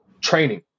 training